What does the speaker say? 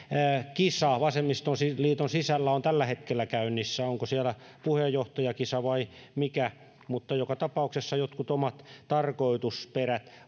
kisa vasemmistoliiton sisällä on tällä hetkellä käynnissä onko siellä puheenjohtajakisa vai mikä mutta joka tapauksessa jotkut omat tarkoitusperät